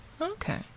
Okay